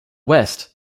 west